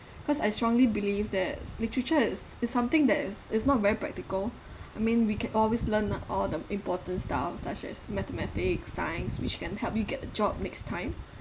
cause I strongly believe that literature is something that is is not very practical I mean we can always learn all the important stuff such as mathematics science which can help you get a job next time